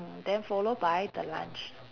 then followed by the lunch